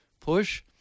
push